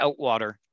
Outwater